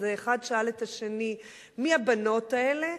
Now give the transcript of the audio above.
אז אחד שאל את השני: מי הבנות האלה?